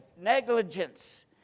negligence